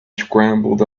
scrambled